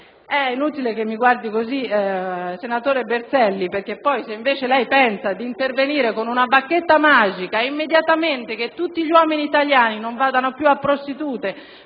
È inutile che mi guardi così, senatore Berselli! Lei pensa di intervenire con una bacchetta magica e che immediatamente tutti gli uomini italiani non vadano più a prostitute